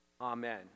Amen